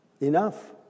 enough